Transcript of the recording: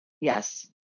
Yes